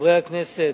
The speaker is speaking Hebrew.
חברי הכנסת,